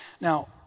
Now